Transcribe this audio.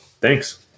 Thanks